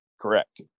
Correct